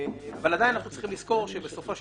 אבל עדיין אנחנו צריכים לזכור שבסופו של